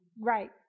Right